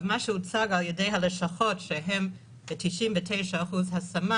מה שהוצג על-ידי הלשכות שהן ב-99% השמה